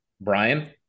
Brian